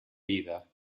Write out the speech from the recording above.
vida